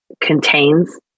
contains